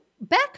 back